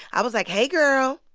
i was like, hey, girl,